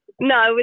No